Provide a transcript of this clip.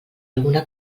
alguna